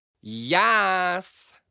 Yes